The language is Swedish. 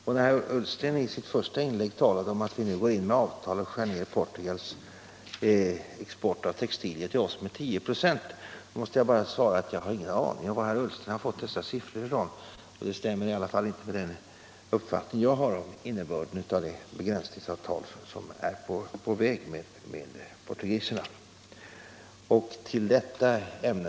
När herr Ullsten i sitt första inlägg talade om att vi nu går in med avtal och skär ned Portugals export av textilier till oss med 10 96, måste jag säga att jag inte har någon aning om varifrån herr Ullsten har fått dessa debatt och valutapolitisk debatt siffror. De stämmer i varje fall inte med den uppfattning jag har av innebörden av det begränsningsavtal som är på väg med portugiserna.